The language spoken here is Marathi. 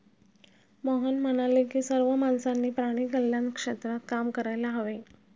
मोहन म्हणाले की सर्व माणसांनी प्राणी कल्याण क्षेत्रात काम करायला हवे